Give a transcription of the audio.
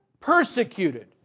persecuted